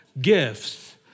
gifts